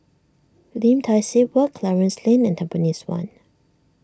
Lim Tai See Walk Clarence Lane and Tampines one